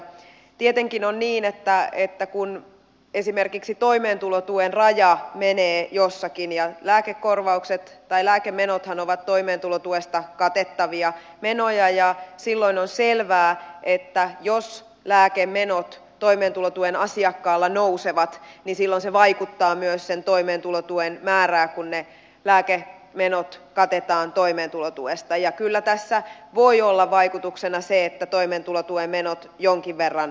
tietenkin on niin että kun esimerkiksi toimeentulotuen raja menee jossakin ja lääkemenothan ovat toimeentulotuesta katettavia menoja silloin on selvää että jos lääkemenot toimeentulotuen asiakkaalla nousevat niin silloin se vaikuttaa myös sen toimeentulotuen määrään kun ne lääkemenot katetaan toimeentulotuesta ja kyllä tässä voi olla vaikutuksena se että toimeentulotuen menot jonkin verran nousevat